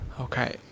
Okay